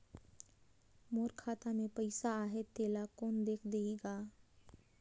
मोर खाता मे पइसा आहाय तेला कोन देख देही गा?